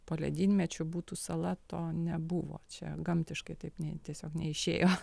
poledynmečiu būtų sala to nebuvo čia gamtiškai taip ne tiesiog neišėjo